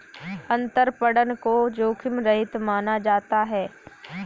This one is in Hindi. अंतरपणन को जोखिम रहित माना जाता है